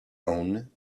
own